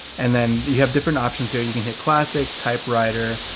and then you have different options here. you can hit classic, type writer,